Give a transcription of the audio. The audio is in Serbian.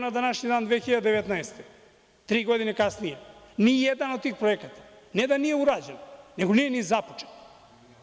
Na današnji dan 2019. godine, tri godine kasnije, nijedan od tih projekata ne da nije urađen, nego nije ni započet.